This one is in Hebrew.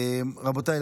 רבותיי,